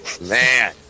Man